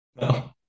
No